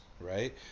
Right